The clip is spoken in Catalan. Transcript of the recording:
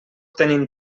tenim